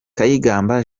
kayigamba